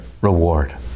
reward